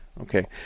Okay